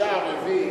חמישה ערבים,